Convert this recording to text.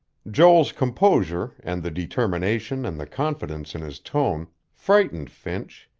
joel's composure, and the determination and the confidence in his tone, frightened finch.